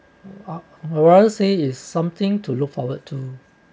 I rather say is something to look forward to